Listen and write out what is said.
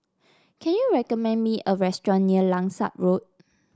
can you recommend me a restaurant near Langsat Road